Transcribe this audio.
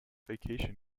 vacation